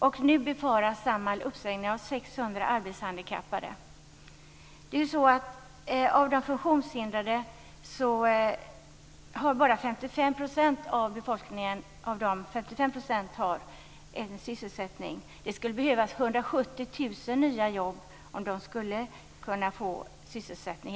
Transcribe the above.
Samhall befarar nu uppsägning av 600 arbetshandikappade. Av de funktionshindrade har bara 45 % sysselsättning. Det skulle behövas 270 000 nya jobb för att hela denna grupp skall kunna få sysselsättning.